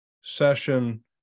session